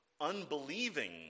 unbelieving